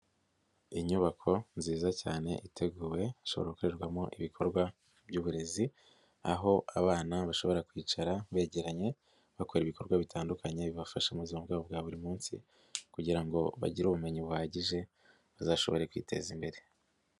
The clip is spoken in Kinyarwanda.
Inyubako nziza cyane iteguwe ishobora gukorerwamo ibikorwa by'uburezi, aho abana bashobora kwicara begeranye, bakora ibikorwa bitandukanye bibafasha muzima bwabo bwa buri munsi kugira ngo bagire ubumenyi buhagije bazashobore kwiteza imbere.